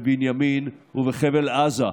בבנימין ובחבל עזה.